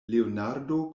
leonardo